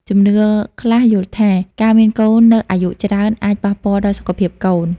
ជំនឿខ្លះយល់ថា ការមានកូននៅអាយុច្រើនអាចប៉ះពាល់ដល់សុខភាពកូន។